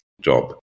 job